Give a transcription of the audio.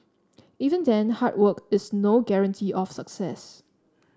even then hard work is no guarantee of success